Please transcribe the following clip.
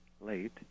late